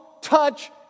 touch